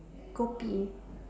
kopi